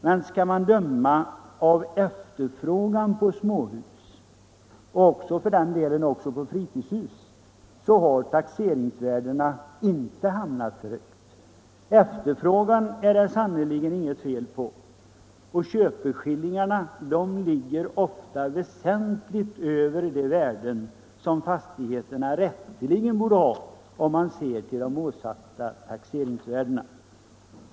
Men skall man döma av efterfrågan på småhus — och för den delen också på fritidshus — så har taxeringsvärdena inte hamnat för högt. Efterfrågan är det sannerligen inget fel på, och köpeskillingarna ligger ofta väsentligt över de värden som fastigheterna rätteligen borde ha om man ser till de åsatta taxeringsvärdena.